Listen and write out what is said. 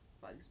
bugs